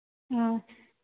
ꯑ